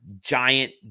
giant